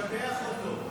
למה, תשבח אותו.